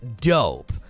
dope